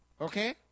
okay